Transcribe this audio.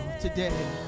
today